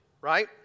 Right